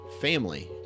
family